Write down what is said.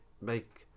make